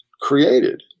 created